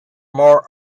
more